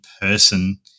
person